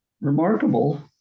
remarkable